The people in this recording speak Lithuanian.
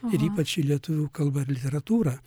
ir ypač į lietuvių kalbą ir literatūrą